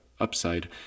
Upside